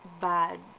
bad